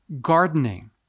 gardening